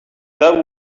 that